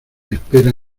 espera